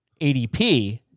ADP